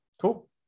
Cool